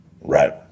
Right